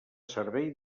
servei